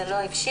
זה לא הבשיל,